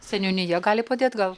seniūnija gali padėt gal